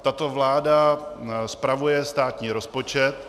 Tato vláda spravuje státní rozpočet.